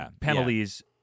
penalties